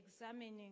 examining